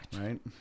Right